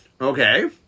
Okay